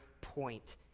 point